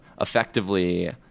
effectively